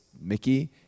Mickey